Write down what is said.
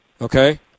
okay